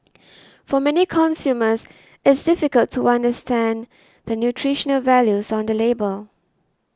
for many consumers it's difficult to understand the nutritional values on the label